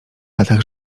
latach